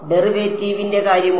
ഡെറിവേറ്റീവിന്റെ കാര്യമോ